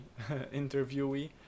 interviewee